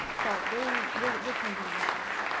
so very we're we're changing as well.